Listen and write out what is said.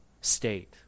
state